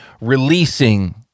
releasing